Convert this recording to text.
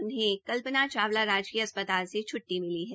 उन्होंने कल्पना चावला राजकीय अस्पताल से छुट्टी मिली है